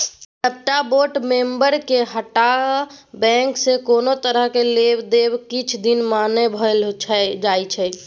सबटा बोर्ड मेंबरके हटा बैंकसँ कोनो तरहक लेब देब किछ दिन मना भए जाइ छै